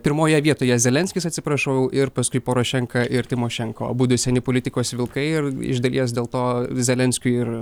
pirmoje vietoje zelenskis atsiprašau ir paskui porošenka ir tymošenko abudu seni politikos vilkai ir iš dalies dėl to zelenskiui ir